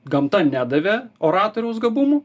gamta nedavė oratoriaus gabumų